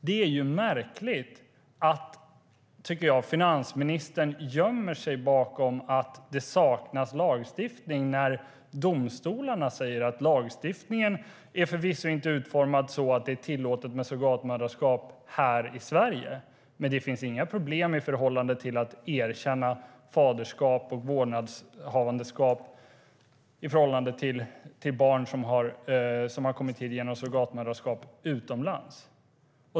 Det är märkligt att finansministern gömmer sig bakom att det saknas lagstiftning när domstolarna säger att lagstiftningen förvisso inte är utformad så att det är tillåtet med surrogatmoderskap här i Sverige men att det inte finns några problem när det gäller att erkänna faderskap och bekräfta vårdnadshavare när det gäller barn som har kommit till genom surrogatmoderskap utomlands.